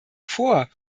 vor